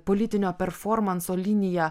politinio performanso linija